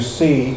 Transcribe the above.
see